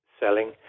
selling